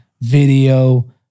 video